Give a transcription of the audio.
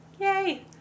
Yay